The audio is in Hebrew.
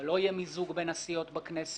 אבל לא יהיה מיזוג בין הסיעות בכנסת,